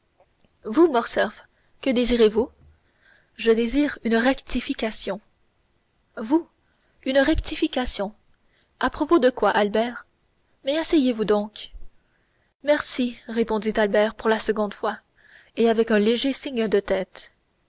vous morcerf que désirez-vous je désire une rectification vous une rectification à propos de quoi albert mais asseyez-vous donc merci répondit albert pour la seconde fois et avec un léger signe de tête